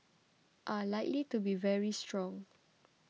are likely to be very strong